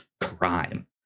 crime